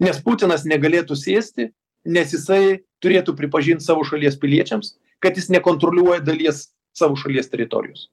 nes putinas negalėtų sėsti nes jisai turėtų pripažint savo šalies piliečiams kad jis nekontroliuoja dalies savo šalies teritorijos